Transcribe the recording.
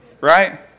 right